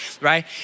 right